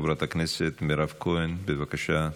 חברת הכנסת מירב כהן, בבקשה.